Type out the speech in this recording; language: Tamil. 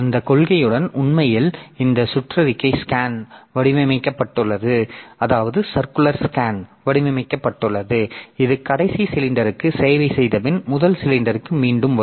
அந்தக் கொள்கையுடன் உண்மையில் இந்த சுற்றறிக்கை ஸ்கேன் வடிவமைக்கப்பட்டுள்ளது இது கடைசி சிலிண்டருக்கு சேவை செய்தபின் முதல் சிலிண்டருக்கு மீண்டும் வரும்